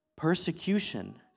Persecution